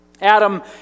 Adam